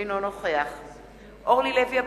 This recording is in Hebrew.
אינו נוכח ישראל כץ, אינו נוכח אורלי לוי אבקסיס,